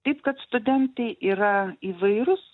taip kad studentai yra įvairūs